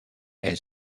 elle